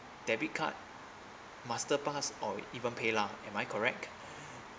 debit card master plus or even paylah am I correct